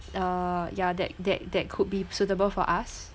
uh yeah that that that could be suitable for us